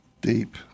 Deep